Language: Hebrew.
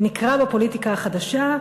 נקרא לו "הפוליטיקה החדשה"